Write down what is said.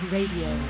Radio